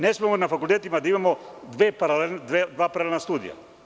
Ne smemo na fakultetima da imamo dve paralelna studija.